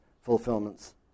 fulfillments